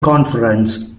conference